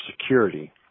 security